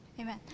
Amen